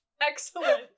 Excellent